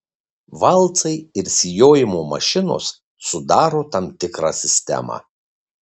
valcai ir sijojimo mašinos sudaro tam tikrą sistemą